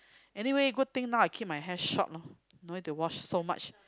anyway good thing now I keep my hair short hor no need to wash so much